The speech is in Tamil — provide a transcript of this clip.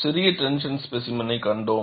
சிறிய டென்ஷன் ஸ்பேசிமெனை கண்டோம்